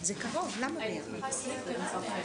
אני לא אחזור על הדברים אבל אני רוצה להתמקד בעצם בשתי נקודות חשובות.